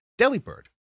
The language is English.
Delibird